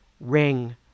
ring